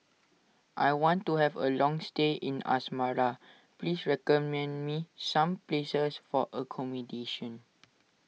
I want to have a long stay in Asmara please recommend me some places for accommodation